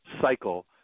cycle